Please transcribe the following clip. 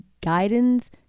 guidance